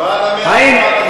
האם,